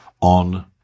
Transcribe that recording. on